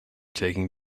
taking